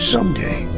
Someday